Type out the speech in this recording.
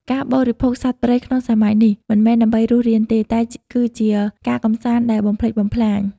ការបរិភោគសត្វព្រៃក្នុងសម័យនេះ មិនមែនដើម្បីរស់រានទេ តែគឺជា "ការកម្សាន្តដែលបំផ្លិចបំផ្លាញ"។